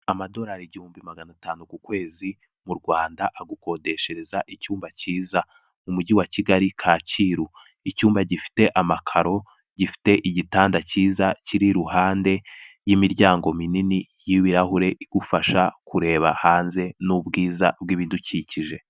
Amadorari igihumbi magana atanu ku kwezi, mu Rwanda agukodeshereza icyumba cyiza mu mujyi wa Kigali Kacyiru, icyumba gifite amakaro gifite igitanda cyiza kiri iruhande y'imiryango minini y'ibirahure igufasha kureba hanze n'ubwiza bw'ibidukikije.